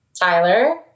Tyler